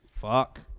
Fuck